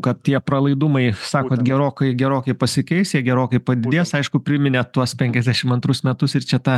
kad tie pralaidumai sakot gerokai gerokai pasikeis jie gerokai padidės aišku priminėt tuos penkiasdešimt antrus metus ir čia tą